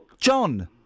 John